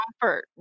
comfort